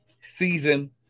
season